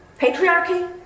patriarchy